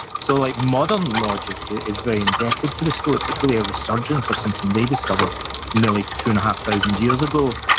so, like modern logic is very indebted to the stoics, it's really a resurgence of something they discovered nearly two and a half thousand years ago.